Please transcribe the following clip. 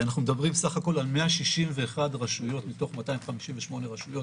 אנחנו מדברים בסך הכול על 161 רשויות מתוך 258 רשויות